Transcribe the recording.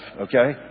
Okay